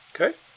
okay